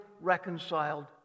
reconciled